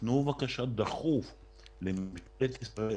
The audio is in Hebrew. תפנו בבקשה בדחיפות לממשלת ישראל,